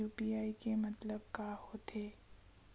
UPI के मतलब का होथे?